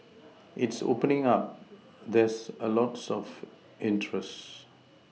it's opening up there's lots of interest